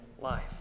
life